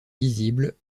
visible